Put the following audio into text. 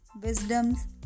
wisdoms